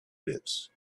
pits